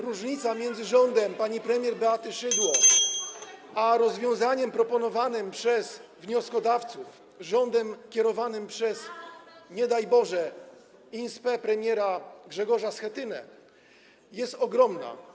Różnica między [[Gwar na sali, dzwonek]] rządem pani premier Beaty Szydło a rozwiązaniem proponowanym przez wnioskodawców - rządem kierowanym przez, nie daj Boże, in spe premiera Grzegorza Schetynę - jest ogromna.